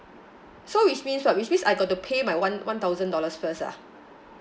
so which means what which means I got to pay my one one thousand dollars first ah